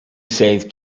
save